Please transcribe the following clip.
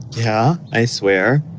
yeah, i swear